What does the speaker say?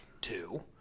Two